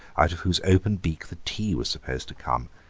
out of whose open beak the tea was supposed to come.